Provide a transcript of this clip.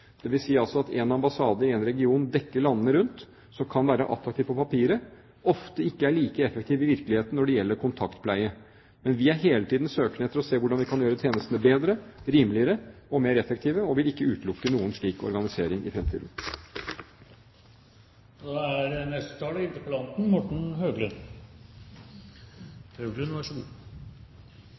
at én ambassade i én region dekker landene rundt – som kan være attraktiv på papiret, ofte ikke er like effektiv i virkeligheten når det gjelder kontaktpleie. Men vi søker hele tiden å se hvordan vi kan gjøre tjenestene bedre, rimeligere og mer effektive, og vil ikke utelukke noen slik organisering i fremtiden. Jeg vil først få takke utenriksministeren for et svært grundig svar. Han redegjorde på en god